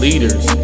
Leaders